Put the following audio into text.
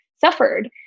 suffered